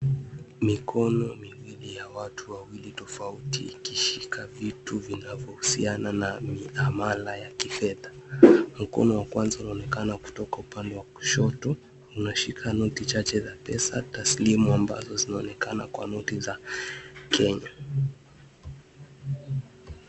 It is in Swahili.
Mikono miwili ya watu wawili tofauti ikishika vitu vinavyohusiana na miamala ya kifedha. Mkono wa kwanza ulionekana kutoka upande wa kushoto unashika noti chache za pesa taslimu, ambazo zinaonekana kwa noti za Kenya.